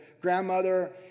grandmother